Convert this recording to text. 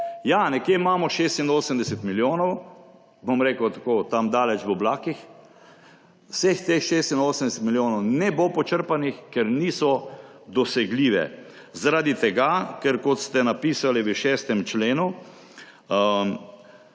Ja, nekje imamo 86 milijonov, bom rekel tako, tam daleč v oblakih, vseh teh 86 milijonov ne bo počrpanih, ker niso dosegljivi, ker kot ste napisali v 6. členu,